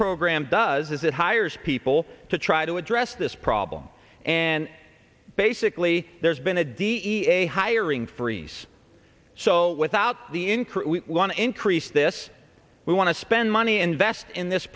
program does is it hires people to try to address this problem and basically there's been a da hiring freeze so without the increase we want to increase this we want to spend money invest in this